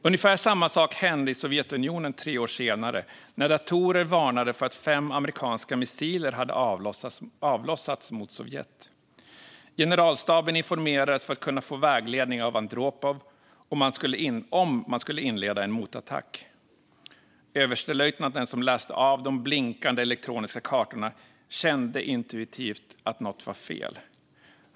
Ungefär samma sak hände i Sovjetunionen tre år senare, när datorer varnade för att fem amerikanska missiler hade avlossats mot Sovjet. Generalstaben informerades för att kunna få vägledning av Andropov om man skulle inleda en motattack. Överstelöjtnanten som läste av de blinkande elektroniska kartorna kände intuitivt att något var fel.